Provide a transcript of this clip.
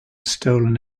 stolen